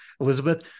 Elizabeth